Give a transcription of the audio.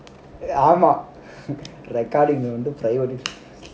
ஆமா:aamaa recording leh வந்து:vanthu private